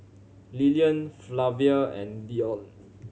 Lilian Flavia and Dione